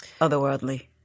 otherworldly